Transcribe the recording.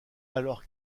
alors